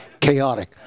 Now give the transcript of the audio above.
chaotic